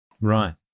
Right